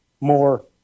more